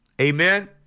Amen